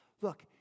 Look